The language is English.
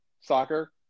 Soccer